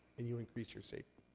and you increase your safety.